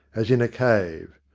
as in a cave.